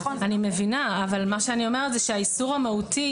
אני מבינה אבל מה שאני אומרת זה שהאיסור המהותי,